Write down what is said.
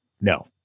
no